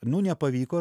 nu nepavyko